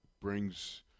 brings